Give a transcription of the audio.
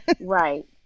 Right